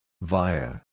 Via